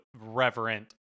reverent